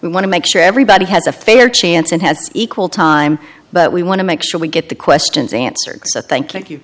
we want to make sure everybody has a fair chance and has equal time but we want to make sure we get the questions answered so thank you